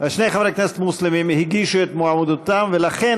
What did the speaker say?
מוסלמים הגישו את מועמדותם, ולכן